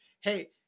hey